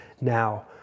now